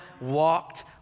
walked